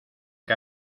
que